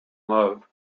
love